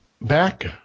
Back